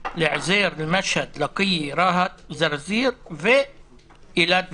משהד, לקיה, רהט, זרזיר ואילת וקצרין.